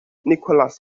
nicholas